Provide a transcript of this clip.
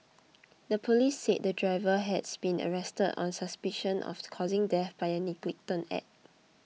the police said the driver has been arrested on suspicion of the causing death by a negligent act